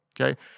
okay